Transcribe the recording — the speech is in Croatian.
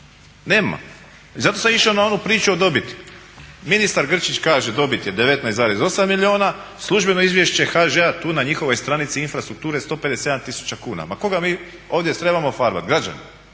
nema. I zato sam išao na onu priču o dobiti. Ministar Grčić kaže dobit je 19,8 milijuna, službeno izvješće HŽ-a tu na njihovoj stranici infrastrukture 157 tisuća kuna. Ma koga mi ovdje trebamo farbati, građane?